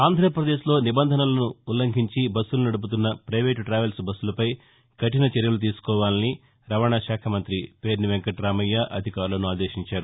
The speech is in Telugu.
ఆంధ్రాపదేశ్లో నిబంధనలను ఉల్లంఘించి బస్సులు నదుపుతున్న పైవేట్ టావెల్స్ బస్సులపై ను కఠిన చర్యలు తీసుకోవాలని రవాణ శాఖ మంతి పేర్ని వెంకటామయ్య అధికారులను ఆదేశించారు